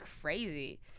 crazy